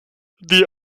the